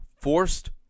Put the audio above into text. forced